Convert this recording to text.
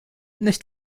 nicht